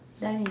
done already